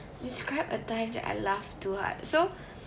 describe a time that I laughed too hard so